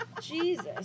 jesus